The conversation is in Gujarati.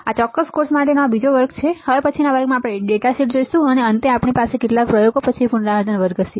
આ ચોક્કસ કોર્સ માટેનો આ બીજો વર્ગ છે હવે પછીના વર્ગ માં આપણે ડેટા શીટ જોઈશું અને અંતે આપણી પાસે કેટલાક પ્રયોગો પછી પુનરાવર્તન વર્ગ હશે